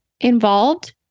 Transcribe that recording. involved